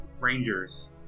Rangers